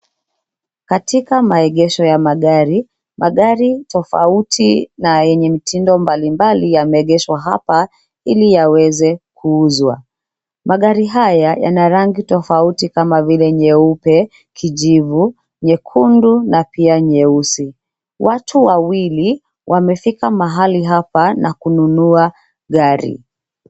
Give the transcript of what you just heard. Katika maegesho ya magari, magari tofauti na yenye mtindo mbali mbali yameegeshwa hapa iliyaweze kuuzwa. Magari haya yana rangi tofauti kama vile: nyeupe, kijivu, nyekundu na pia nyeusi. Watu wawili wamefika mahali hapa na kununua gari.